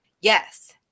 yes